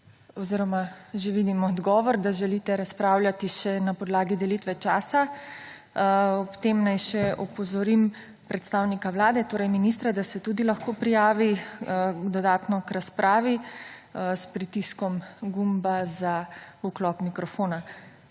oziroma že vidim odgovor, da želite razpravljati še na podlagi delitve časa. Ob tem naj še opozorim predstavnika Vlade, torej ministra, da se tudi lahko prijavi dodatno k razprav s pritiskom gumba za vklop mikrofona.